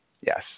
yes